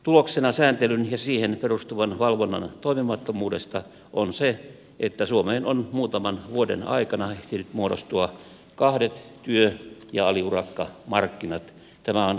tuloksena sääntelyn ja siihen perustuvan valvonnan toimimattomuudesta on se että suomeen on muutaman vuoden aikana ehtinyt muodostua kahdet työ ja aliurakkamarkkinat